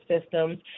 systems